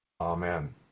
amen